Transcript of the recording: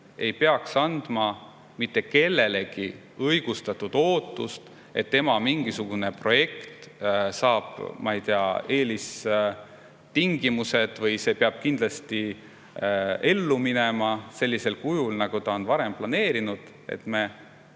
ei peaks andma mitte kellelegi õigustatud ootust, et tema mingisugune projekt saab, ma ei tea, eelistingimused või see peab kindlasti ellu minema sellisel kujul, nagu ta on varem planeerinud. Meil